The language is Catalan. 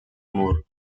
mur